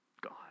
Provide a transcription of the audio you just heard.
God